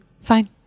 Fine